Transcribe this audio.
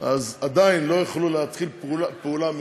ועדיין לא יכולים להתחיל פעולה.